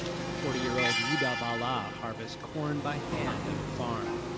forty-year-old wu da ba la harvests corn by hand at her farm.